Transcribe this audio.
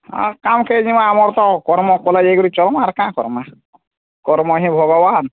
ଆଁ କାଁଣ ପାଇଁ ଯିବା ଆମର ତ କର୍ମ କଲେ ଯାଇଁ କି ଚଳମା ଆର୍ କାଁଣ କର୍ମା କର୍ମ ହିଁ ଭଗବାନ୍